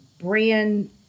brand